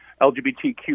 LGBTQ